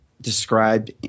described